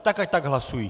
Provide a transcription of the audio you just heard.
Tak ať tak hlasují!